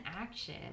action